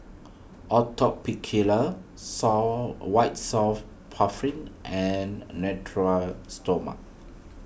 Atopiclair saw White Soft puffin and Natura Stoma